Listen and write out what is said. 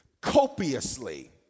copiously